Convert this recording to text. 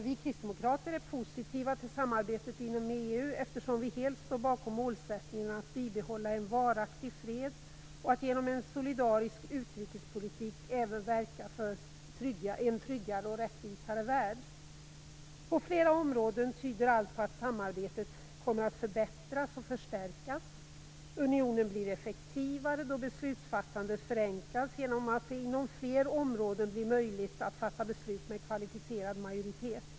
Vi kristdemokrater är positiva till samarbetet inom EU eftersom vi helt står bakom målsättningarna att bibehålla en varaktig fred och att genom en solidarisk utrikespolitik verka för en tryggare och rättvisare värld. På flera områden tyder allt på att samarbetet kommer att förbättras och förstärkas. Unionen blir effektivare då beslutsfattandet förenklas genom att det inom fler områden blir möjligt att fatta beslut med kvalificerad majoritet.